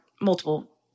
multiple